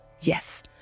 Yes